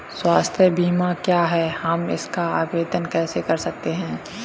स्वास्थ्य बीमा क्या है हम इसका आवेदन कैसे कर सकते हैं?